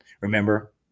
Remember